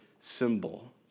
symbol